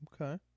Okay